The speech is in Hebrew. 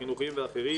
החינוכיים ואחרים